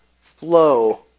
flow